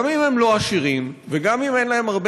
גם אם הם לא עשירים וגם אם אין להם הרבה